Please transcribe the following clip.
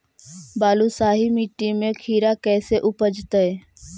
बालुसाहि मट्टी में खिरा कैसे उपजतै?